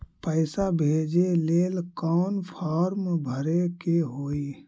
पैसा भेजे लेल कौन फार्म भरे के होई?